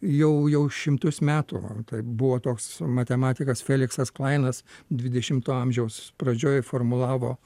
jau jau šimtus metų tai buvo toks matematikas feliksas klainas dvidešimto amžiaus pradžioj formulavo